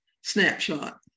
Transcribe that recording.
snapshot